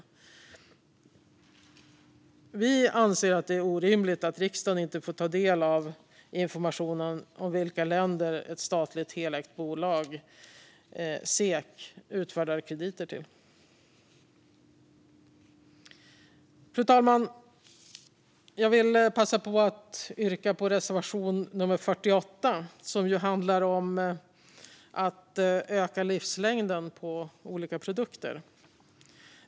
Vi anser att det är orimligt att riksdagen inte får ta del av informationen om vilka länder som ett statligt helägt bolag, Svensk Exportkredit, utfärdar krediter till. Fru talman! Jag vill passa på att yrka bifall till reservation 48 som handlar om att öka livslängden på olika produkter.